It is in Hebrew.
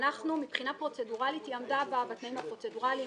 מבחינה פרוצדורלית היא עמדה בתנאים הפרוצדורליים.